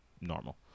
normal